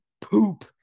Poop